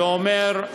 שאומר: